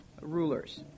rulers